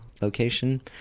location